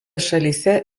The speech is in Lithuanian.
šalyse